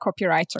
copywriter